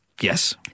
yes